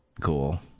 Cool